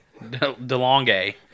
delonge